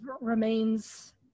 remains